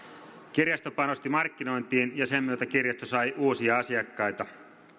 kirjasto panosti markkinointiin ja sen myötä kirjasto sai uusia asiakkaita